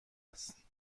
است